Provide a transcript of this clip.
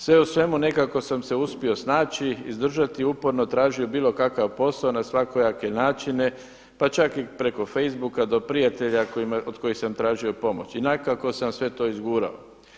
Sve u svemu nekako sam se uspio snaći, izdržati uporno tražio bilo kakav posao na svakojake načine, pa čak i preko facebooka, do prijatelja od kojih sam tražio pomoć i nekako sam sve to izgurao.